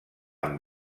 amb